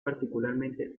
particularmente